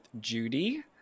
Judy